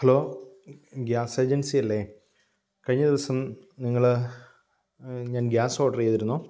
hello ഗ്യാസേജൻസിയല്ലേ കഴിഞ്ഞ ദിവസം നിങ്ങള് ഞാൻ ഗ്യാസോഡറെയ്തിരുന്നു